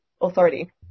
authority